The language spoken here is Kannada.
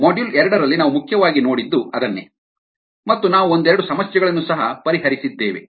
ಮಾಡ್ಯೂಲ್ ಎರಡರಲ್ಲಿ ನಾವು ಮುಖ್ಯವಾಗಿ ನೋಡಿದ್ದು ಅದನ್ನೇ ಮತ್ತು ನಾವು ಒಂದೆರಡು ಸಮಸ್ಯೆಗಳನ್ನು ಸಹ ಪರಿಹರಿಸಿದ್ದೇವೆ